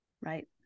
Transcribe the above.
right